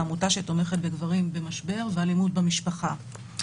עמותה שתומכת בגברים במשבר ואלימות במשפחה.